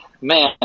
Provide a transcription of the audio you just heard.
Man